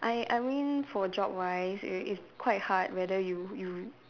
I I mean for job wise it's it's quite hard whether you you